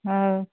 ହଉ